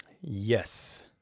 Yes